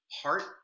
heart